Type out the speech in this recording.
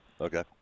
Okay